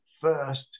first